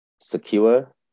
secure